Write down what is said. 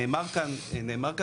נאמר כאן מקודם,